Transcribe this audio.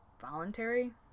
voluntary